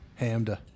Hamda